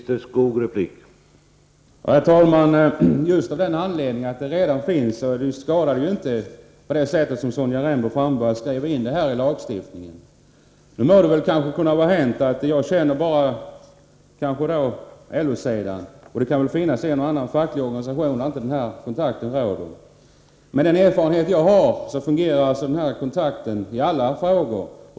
Herr talman! Att det redan är på detta sätt hindrar inte att det skrivs in i lagstiftningen, vilket Sonja Rembo ifrågasätter. Jag känner visserligen bara till LO-sidan, och det kan kanske finnas en eller annan facklig organisation där den goda kontakten inte råder. Den erfarenhet som jag har är dock att den här kontakten fungerar i alla frågor.